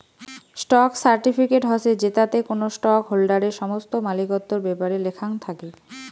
stock certificate হসে জেতাতে কোনো স্টক হোল্ডারের সমস্ত মালিকত্বর ব্যাপারে লেখাং থাকি